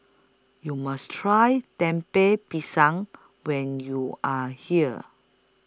YOU must Try Temper Pisang when YOU Are here